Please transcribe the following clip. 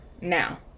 now